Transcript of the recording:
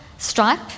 Stripe